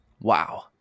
Wow